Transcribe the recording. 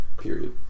Period